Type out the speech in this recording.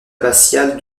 abbatiale